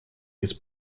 без